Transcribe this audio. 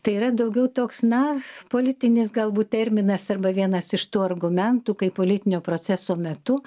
tai yra daugiau toks na politinis galbūt terminas arba vienas iš tų argumentų kai politinio proceso metu